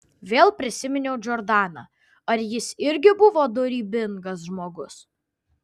vėl prisiminiau džordaną ar jis irgi buvo dorybingas žmogus